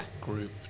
group